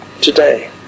today